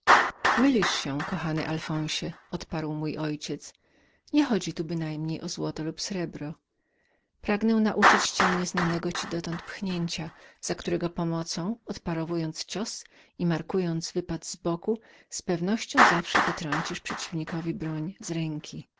mylisz się kochany alfonsie odparł mój ojciec nie chodzi tu bynajmniej o złoto lub srebro pragnę nauczyć cię nieznanego dotąd pchnięcia za pomocą którego zasłaniając prawy bok i szybkim zwrotem podbijając końcem szpady rękojeść przeciwnika jesteś pewnym zawsze wytrącić mu broń z ręki